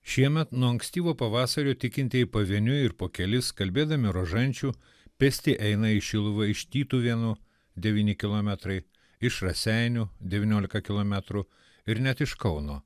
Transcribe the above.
šiemet nuo ankstyvo pavasario tikintieji pavieniui ir po kelis kalbėdami rožančių pėsti eina į šiluvą iš tytuvėnų devyni kilometrai iš raseinių devyniolika kilometrų ir net iš kauno